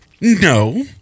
no